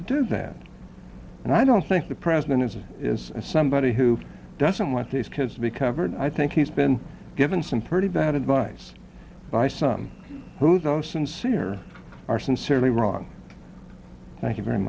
to do that and i don't think the president is somebody who doesn't want his kids to become hurt i think he's been given some pretty bad advice by some who's all sincere are sincerely wrong thank you very